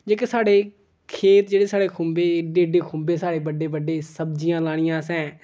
जेह्के साढ़े खेत जेह्ड़े साढ़े खूुबे एड्डे एड्डे खूुबे साढ़े बड्डे बड्डे सब्जियां लानियां असें